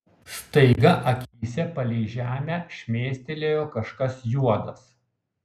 staiga akyse palei žemę šmėstelėjo kažkas juodas